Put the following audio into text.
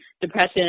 depression